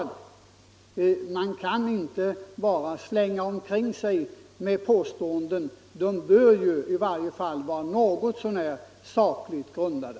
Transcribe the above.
— allmänna pensions Man kan inte bara slänga omkring sig påståenden; de bör i varje fall — åldern, m.m. vara något så när sakligt grundade.